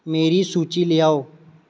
मेरी सूची लेएओ